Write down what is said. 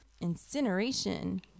incineration